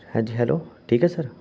ਹਾਂਜੀ ਹੈਲੋ ਠੀਕ ਏ ਸਰ